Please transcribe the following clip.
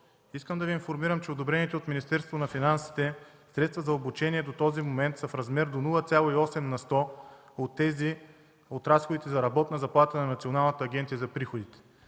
Искам да Ви информирам, че одобрените от Министерството на финансите средства за обучение до този момент са в размер до 0,8 на сто от разходите за работна заплата на Националната агенция за приходите.